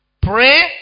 Pray